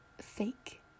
fake